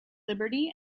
liberty